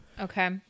Okay